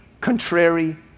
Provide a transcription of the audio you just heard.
contrary